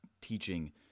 teaching